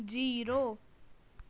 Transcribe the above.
zero